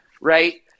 right